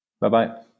Bye-bye